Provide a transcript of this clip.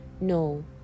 no